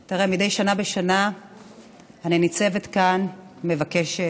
תראה, מדי שנה בשנה אני ניצבת כאן ומבקשת